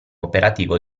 operativo